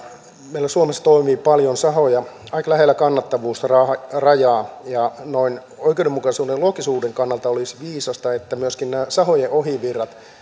meillä suomessa toimii paljon sahoja aika lähellä kannattavuusrajaa ja noin oikeudenmukaisuuden ja loogisuuden kannalta olisi viisasta että myöskin sahojen ohivirrat